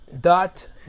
Dot